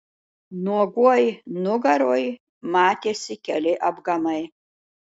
nuogoj nugaroj matėsi keli apgamai